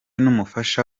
n’umufasha